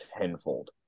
tenfold